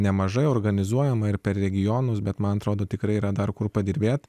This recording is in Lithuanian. nemažai organizuojama ir per regionus bet man atrodo tikrai yra dar kur padirbėti